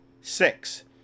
six